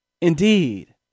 Indeed